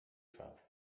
travel